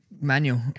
manual